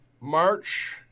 March